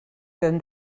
than